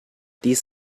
these